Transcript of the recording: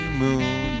moon